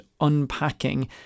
unpacking